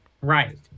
Right